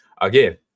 Again